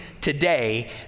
today